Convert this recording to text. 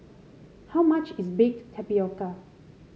how much is Baked Tapioca